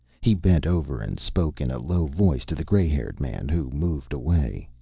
he bent over and spoke in a low voice to the gray-haired man, who moved away.